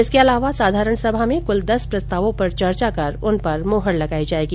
इसके अलावा साधारण सभा में कुल दस प्रस्तावों पर चर्चा कर उन पर मोहर लगाई जाएगी